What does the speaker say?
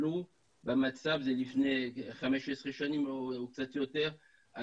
זה לפני 15 שנים או קצת יותר,